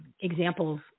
examples